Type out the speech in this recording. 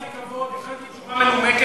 אני נתתי כבוד, הכנתי תשובה מנומקת.